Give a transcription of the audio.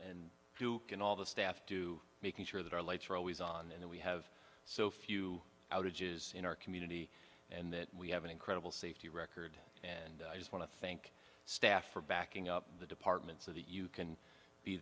in all the staff to making sure that our lights are always on and we have so few outages in our community and that we have an incredible safety record and i just want to thank staff for backing up the department so that you can be